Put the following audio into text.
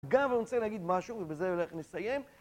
גם אני רוצה להגיד משהו, ובזה הולך לסיים.